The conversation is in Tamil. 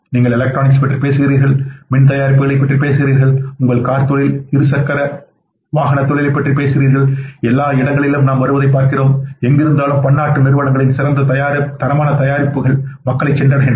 நீங்கள் எலக்ட்ரானிக்ஸ் பற்றி பேசுகிறீர்கள் மின் தயாரிப்புகளைப் பற்றி பேசுகிறீர்கள் உங்கள் கார் தொழில் இரு சக்கர வாகனத் தொழிலைப் பற்றி பேசுகிறீர்கள் எல்லா இடங்களிலும் நாம் வருவதைப் பார்க்கிறோம் எங்கிருந்தாலும் பன்னாட்டு நிறுவனங்களின் சிறந்த தரமான தயாரிப்புகள் மக்களைச் சென்றடைகின்றன